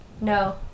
No